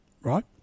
right